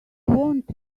want